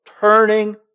turning